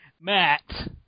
Matt